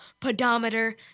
pedometer